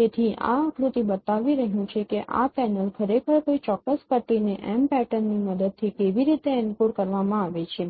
તેથી આ આકૃતિ બતાવી રહ્યું છે કે આ પેનલ ખરેખર કોઈ ચોક્કસ પટ્ટીને m પેટર્નની મદદથી કેવી રીતે એન્કોડ કરવામાં આવી છે